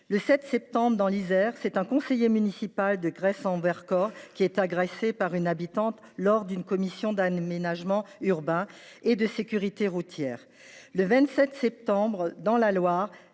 Le 7 septembre, dans l’Isère, un conseiller municipal de Gresse en Vercors était agressé par une habitante lors d’une commission d’aménagement urbain et de sécurité routière. Le 27 septembre, dans la Loire,